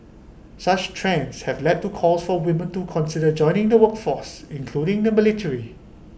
such trends have led to calls for women to consider joining the workforce including the military